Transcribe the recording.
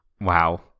Wow